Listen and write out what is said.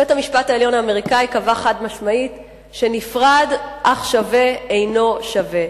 בית-המשפט העליון האמריקני קבע חד-משמעית: נפרד אך שווה אינו שווה.